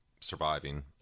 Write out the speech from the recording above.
surviving